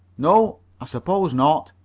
no, i suppose not.